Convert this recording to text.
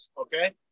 Okay